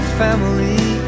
family